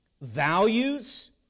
values